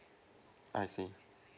I see